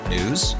News